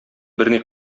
берни